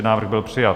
Návrh byl přijat.